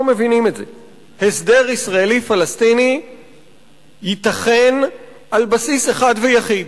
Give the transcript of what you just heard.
הסדר ישראלי-פלסטיני ייתכן על בסיס אחד ויחיד: